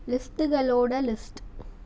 லிஸ்ட்டுகளோட list